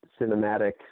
cinematic